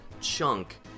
chunk